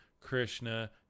Krishna